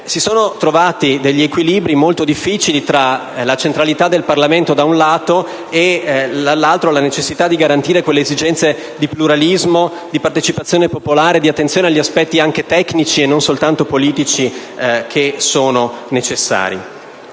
Si sono trovati degli equilibri molto difficili tra la centralità del Parlamento, da un lato, e la necessità di garantire quelle esigenze di pluralismo, di partecipazione popolare e di attenzione agli aspetti, anche tecnici e non soltanto politici, che sono necessari,